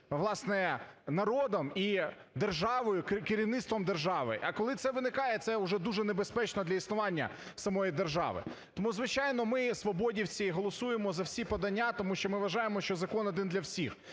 власне, народом і державою, керівництвом держави. А коли це виникає, це вже дуже небезпечно для існування самої держави. Тому, звичайно, ми, свободівці, голосуємо за всі подання, тому що ми вважаємо, що закон один для всіх,